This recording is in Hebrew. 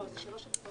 לא, אלו שלוש הצבעות.